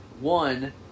one